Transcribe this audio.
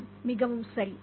ஆம் மிகவும் சரி